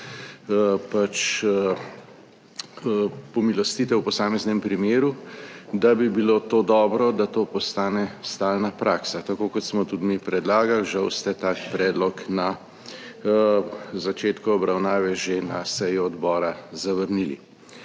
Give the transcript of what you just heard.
pač pomilostitev v posameznem primeru, da bi bilo to dobro, da to postane stalna praksa, tako kot smo tudi mi predlagali. Žal ste tak predlog na začetku obravnave že na seji odbora zavrnili.